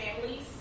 families